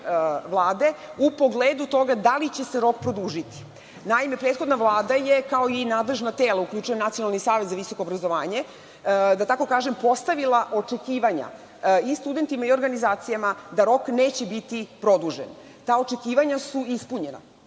Vlade u pogledu toga da li će se rok produžiti. Naime, prethodna Vlada je kao i nadležna tela, uključujem Nacionalni savet za visoko obrazovanje, da tako kažem, postavila očekivanja i studentima i organizacijama da rok neće biti produžen. Ta očekivanja su ispunjena.